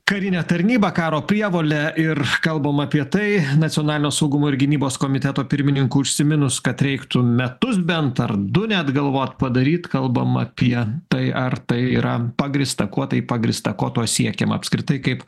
karinę tarnybą karo prievolę ir kalbam apie tai nacionalinio saugumo ir gynybos komiteto pirmininkui užsiminus kad reiktų metus bent ar du net galvot padaryt kalbam apie tai ar tai yra pagrįsta kuo tai pagrįsta ko tuo siekiama apskritai kaip